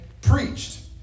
preached